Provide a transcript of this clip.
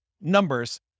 numbers